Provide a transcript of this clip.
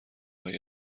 های